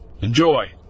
Enjoy